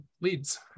leads